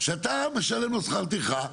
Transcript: שאתה משלם לו שכר טרחה?